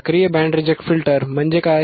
सक्रिय band reject filter म्हणजे काय